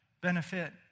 benefit